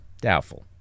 Doubtful